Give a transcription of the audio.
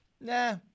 nah